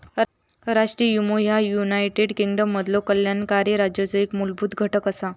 राष्ट्रीय विमो ह्या युनायटेड किंगडममधलो कल्याणकारी राज्याचो एक मूलभूत घटक असा